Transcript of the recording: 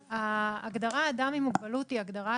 ההגדרה "אדם עם מוגבלות" היא הגדרה,